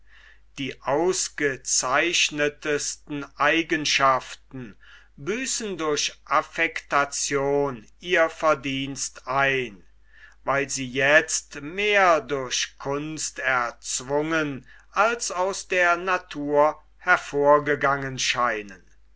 die ausgezeichnetesten eigenschaften büßen durch affektation ihr verdienst ein weil sie jetzt mehr durch kunst erzwungen als aus der natur hervorgegangen scheinen